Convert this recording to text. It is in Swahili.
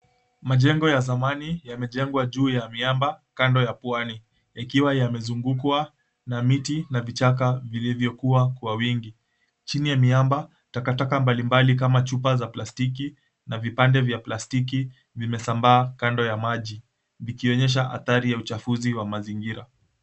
Majengo ya zamani yamejengwa juu ya miamba kando ya pwani, ikiwa yamezungukwa na miti na vichaka vilivyokua kwa wingi. Chini ya miamba takataka mbali mbali kama chupa za plastiki na vipande vya plastiki vimesambaa kando ya maji, vikionyesha athari ya uchafuzi wa mazingira.